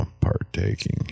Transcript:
partaking